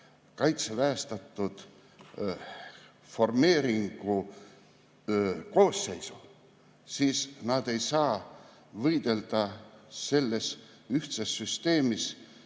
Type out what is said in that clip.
kaitseväestatud formeeringu koosseisu, siis nad ei saa võidelda selles ühtses süsteemis,